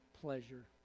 pleasure